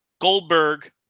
Goldberg